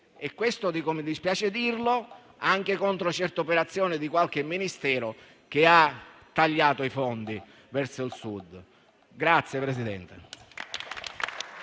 e questo - mi dispiace dirlo - va anche contro certe operazioni di qualche Ministero che ha tagliato i fondi verso il Sud.